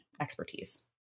expertise